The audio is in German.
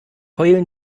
heulen